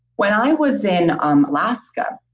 when i was in um alaska,